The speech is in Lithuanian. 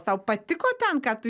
tau patiko ten ką tu